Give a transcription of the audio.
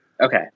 Okay